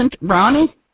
Ronnie